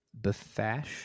Befash